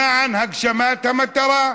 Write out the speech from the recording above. למען הגשמת המטרה.